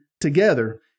together